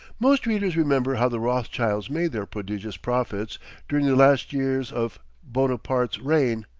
most readers remember how the rothschilds made their prodigious profits during the last years of bonaparte's reign.